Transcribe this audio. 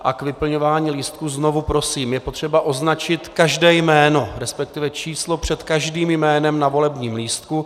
K vyplňování lístku: znovu prosím, je potřeba označit každé jméno, respektive číslo před každým jménem na volebním lístku.